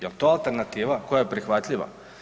Jel to alternativa koja je prihvatljiva?